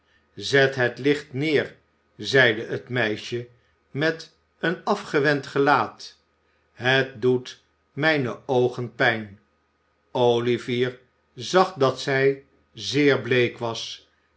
zet het licht neer zeide het meisje met een afgewend gelaat het doet mijne oogen pijn olivier zag dat zij zeer bleek was